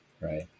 right